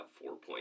four-point